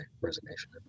resignation